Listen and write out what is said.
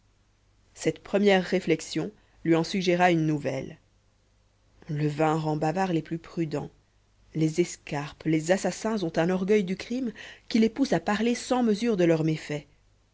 cette première réflexion lui en suggéra une nouvelle le vin rend bavards les plus prudents les escarpes les assassins ont un orgueil du crime qui les pousse à parler sans mesure de leurs méfaits